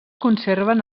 conserven